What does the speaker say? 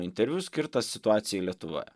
interviu skirtas situacijai lietuvoje